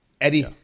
Eddie